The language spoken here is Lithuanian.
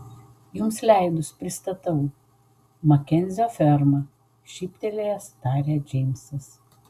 jums leidus pristatau makenzio ferma šyptelėjęs tarė džeimsas